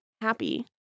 happy